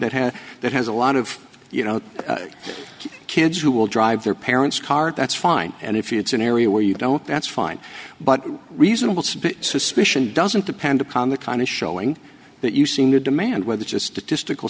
that has that has a lot of you know kids who will drive their parents car that's fine and if it's an area where you don't that's fine but reasonable suspicion doesn't depend upon the kind of showing that you seem to demand where the just statistical